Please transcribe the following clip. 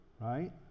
right